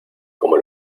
como